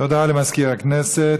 תודה לסגן מזכירת הכנסת.